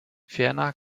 ferner